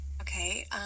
Okay